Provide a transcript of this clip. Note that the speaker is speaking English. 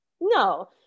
no